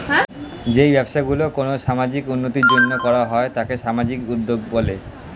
যেই ব্যবসাগুলি কোনো সামাজিক উন্নতির জন্য করা হয় তাকে সামাজিক উদ্যোগ বলে